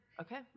Okay